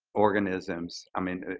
organisms i mean,